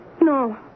No